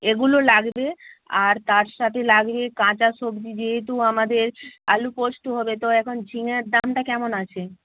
এগুলো লাগবে আর তার সাথে লাগছে কাঁচা সবজি যেহেতু আমাদের আলু পোস্ত হবে তো এখন ঝিঙের দামটা কেমন আছে